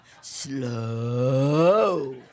Slow